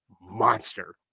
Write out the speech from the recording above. monster